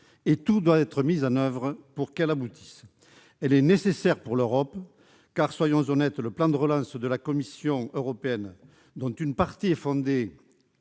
et tout doit être mis en oeuvre pour qu'elle aboutisse. Elle est nécessaire pour l'Europe, car, soyons honnêtes, le plan de relance de la Commission européenne, dont une partie est fondée